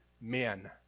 men